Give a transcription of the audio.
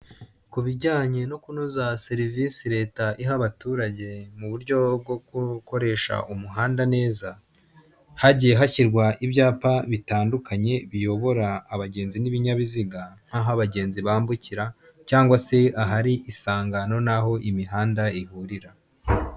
Ku bijyanye no kunoza serivisi leta iha abaturage mu buryo bwo gukoresha umuhanda neza, hagiye hashyirwa ibyapa bitandukanye biyobora abagenzi n'ibinyabiziga nk'aho abagenzi bambukira cg se ahari isangano n'aho imihanda ihurira.